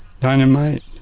Dynamite